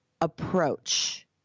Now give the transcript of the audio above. approach